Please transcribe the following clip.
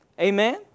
Amen